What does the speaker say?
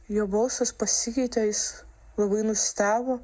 jo balsas pasikeitė jis labai nustebo